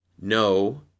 no